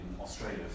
Australia